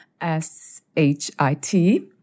S-H-I-T